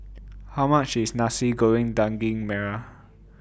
How much IS Nasi Goreng Daging Merah